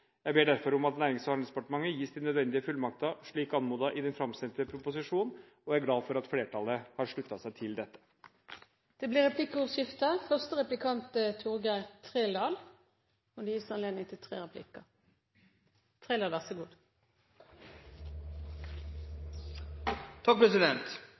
Jeg ber derfor om at Nærings- og handelsdepartementet gis de nødvendige fullmakter, slik som anmodet om i den framsendte proposisjonen, og er glad for at flertallet har sluttet seg til dette. Det blir replikkordskifte. I forbindelse med behandlingen av Prop. 178 S ber regjeringen om fullmakt til